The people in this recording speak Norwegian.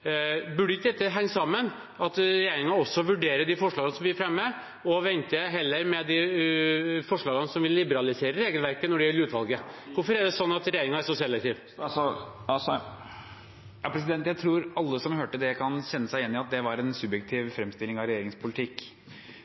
Burde ikke dette henge sammen, sånn at regjeringen også vurderer de forslagene vi fremmer, og heller venter med de forslagene som vil liberalisere regelverket når det gjelder utvalget? Hvorfor er regjeringen så selektiv? Jeg tror alle som hørte det, kan kjenne seg igjen i at det var en subjektiv fremstilling av regjeringens politikk.